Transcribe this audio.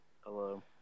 Hello